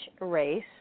race